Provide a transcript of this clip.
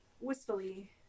wistfully